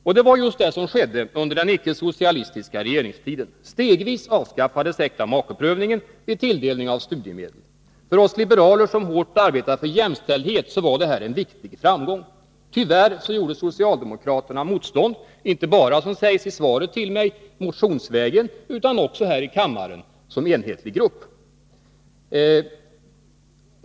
Detta var just vad som skedde under den icke-socialistiska regeringstiden. Stegvis avskaffades äktamakeprövningen vid tilldelning av studiemedel. För oss liberaler som hårt arbetar för jämställdhet var det här en viktig framgång. Tyvärr gjorde socialdemokraterna motstånd, inte bara — som sägs i svaret — motionsvägen, utan också här i kammaren som enhetlig grupp.